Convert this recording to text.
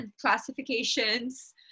classifications